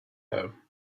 home